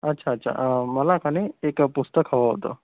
अच्छा अच्छा मला की नाही एक पुस्तक हवं होतं